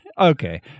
okay